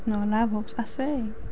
নহয় লাভ আছেই